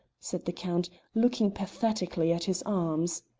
said the count, looking pathetically at his arms.